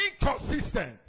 inconsistent